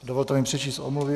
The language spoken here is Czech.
Dovolte mi přečíst omluvy.